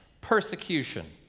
persecution